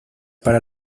para